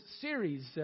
series